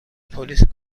پلیس